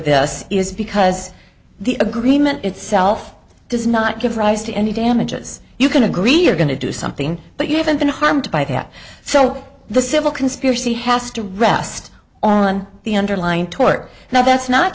this is because the agreement itself does not give rise to any damages you can agree you're going to do something but you haven't been harmed by that so the civil conspiracy has to rest on the underlying tort now that's not